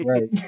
Right